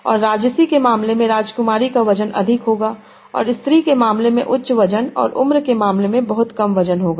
और राजसी के मामले में राजकुमारी का वजन अधिक होगा और स्त्री के मामले में उच्च वजन और उम्र के मामले में बहुत कम वजन होगा